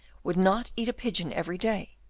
would not eat a pigeon every day.